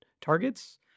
targets